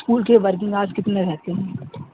school کے working hours کتنے رہتے ہیں